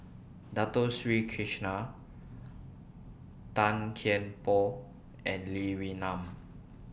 Dato Sri Krishna Tan Kian Por and Lee Wee Nam